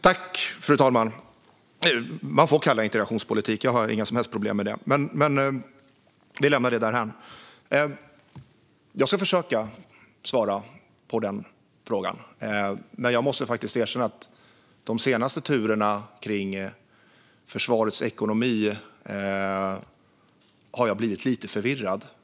Fru talman! Man får kalla det integrationspolitik. Jag har inga som helst problem med det. Men vi lämnar det därhän. Jag ska försöka svara på frågan, men jag måste faktiskt erkänna att de senaste turerna kring försvarets ekonomi har gjort mig lite förvirrad.